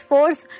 Force